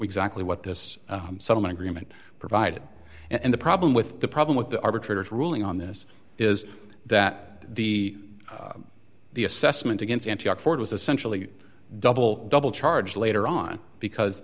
exactly what this settlement agreement provided and the problem with the problem with the arbitrator's ruling on this is that the the assessment against ford was essentially double double charge later on because